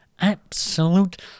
absolute